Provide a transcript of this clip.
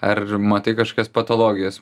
ar matai kažkokias patologijas